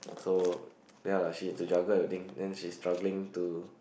so ya lah she had to juggle everything then she's struggling to